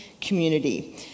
community